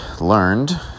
learned